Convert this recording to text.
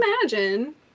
imagine